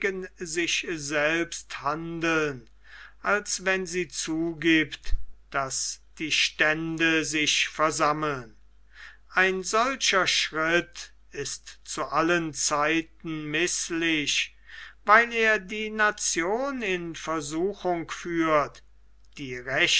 sich selbst handeln als wenn sie zugibt daß die stände sich versammeln ein solcher schritt ist zu allen zeiten mißlich weil er die nation in versuchung führt die